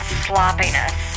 sloppiness